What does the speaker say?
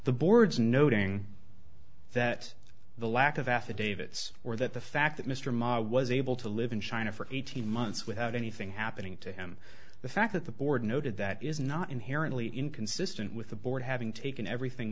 the board's noting that the lack of affidavits or that the fact that mr ma was able to live in china for eighteen months without anything happening to him the fact that the board noted that is not inherently inconsistent with the board having taken everything